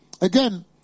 again